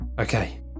okay